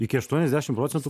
iki aštuoniasdešim procentų